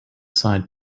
side